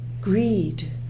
greed